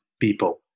people